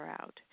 out